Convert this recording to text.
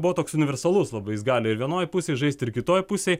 buvo toks universalus labai jis gali ir vienoj pusėj žaisti ir kitoj pusėj